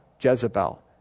Jezebel